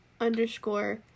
underscore